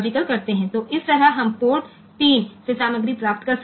तो इस तरह हम पोर्ट 3 से सामग्री प्राप्त कर सकते हैं